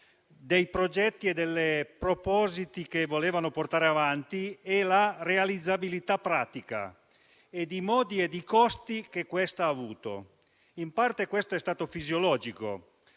dei progetti e dai propositi che volevano portare avanti e dalla realizzabilità pratica, dai modi e dai costi che ha avuto. In parte questo è stato fisiologico,